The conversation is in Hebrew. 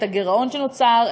את הגירעון שנוצר,